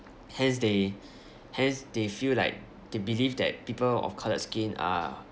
hence they hence they feel like they believe that people of coloured skin are